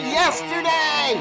yesterday